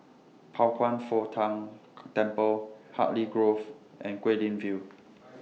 Pao Kwan Foh Tang Temple Hartley Grove and Guilin View